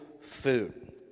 food